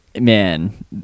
Man